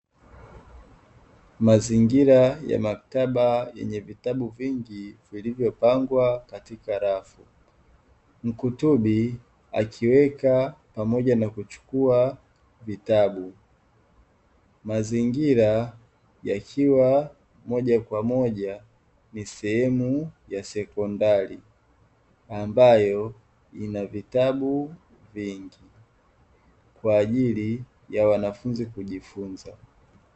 Mazingira ya maktaba yenye vitabu vingi vilivyopangwa katika rafu. Mkutubi akiweka pamoja na kuchukua vitabu. Mazingira yakiwa moja kwa moja ni sehemu ya sekondari ambayo ina vitabu vingi kwa ajili ya wanafunzi kujifunza.